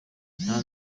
nta